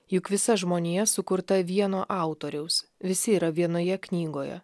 juk visa žmonija sukurta vieno autoriaus visi yra vienoje knygoje